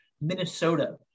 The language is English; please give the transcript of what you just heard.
Minnesota